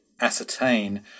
ascertain